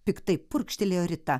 piktai purkštelėjo rita